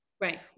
Right